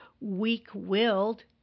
weak-willed